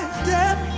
step